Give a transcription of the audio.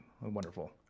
Wonderful